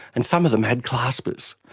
and some of them had claspers.